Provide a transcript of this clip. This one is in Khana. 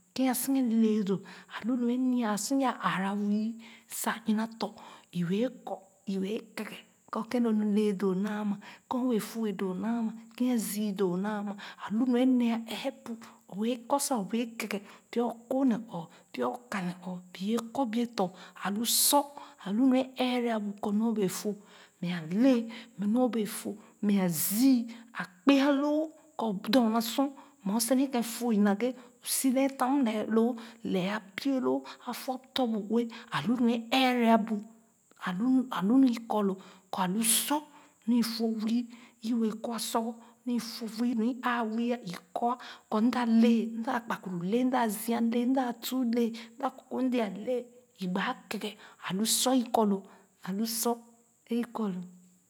A bee lu lu a wɛɛ nya sa i nya ɛɛbu ee sor i su sa mue mu i bee fo ee bu awi-ue sor yaa agra dee sa yaah ɛghe tèn kèn i buete kɔ kɔ i bee si ah wii ani-ee mɛ nu i fo mɛ ale i kɔ alu lee i wɛɛ kɔ loo ale eezii alu nu i bee keghe sa i ne eebu ee dèdèn sor i wɛɛ kɔ lorgor pia sɔ alu mua wɛɛ mɛ ɛrɛbu sor m si bu ue sa m mue kèn na akpakpuru dèdèn nu i fo le doo i wɛɛ kɔ sɔ wɛɛ keghe alu mu wɛɛ ɛrɛbu lo alo naa le o gbi kèn o doo doo o zua abie lɛɛ loo o si tam loo doo kɔ a kpè dèè sa a le alu nu a bee mɛ ɛrɛbu i wɛɛ kɔ wɛɛ keghe nu i bee kɔ nua sɔ lo naa ɛrɛ lorgor dorna nu i bee kɔ mua sɔ nyor bee i bee kɔ ue loo nee ee i kɔ biɔngon i bee kɔ asogon i wɛɛ kɔ kpaa nu ee ne i eebu i wɛɛ keghe ee loo nu i fo wii ne i kèn tɔn ee tah bee i nya sa kpaa kén i wɛɛ kɔ sɔ doo lo i wɛɛ kɔ sɔ loo ee keghe aw le alu nu le nu o bee fo ne nualo bee fo zii a lu nua ne ɛɛbu kɔ nu o bee fo wii ah mɛ ale mɛ nu o bee tugah loo mɛ ale mɛ nu o bee zii nam loo mɛ ale bua wɛɛ ɛɛ a zii sor o ina bu sa o mue nu o bee fo wii le kén o bee sere doo